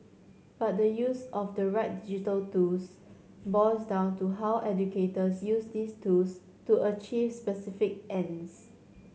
but the use of the right digital tools boils down to how educators use these tools to achieve specific ends